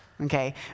okay